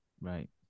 right